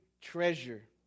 treasure